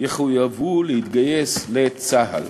יחויבו להתגייס לצה"ל.